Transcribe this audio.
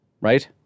right